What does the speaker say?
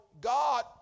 God